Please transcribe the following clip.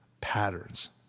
patterns